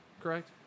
Correct